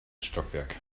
stockwerk